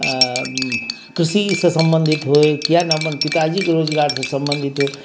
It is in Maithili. कृषि से सम्बंधित होय किएक नहि अपन पिताजीके रोजगार से सम्बंधित होय